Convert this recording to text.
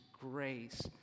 grace